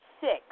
six